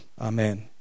Amen